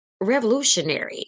revolutionary